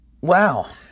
wow